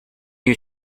you